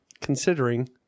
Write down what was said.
considering